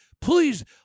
please